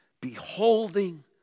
beholding